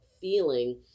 feeling